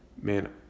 man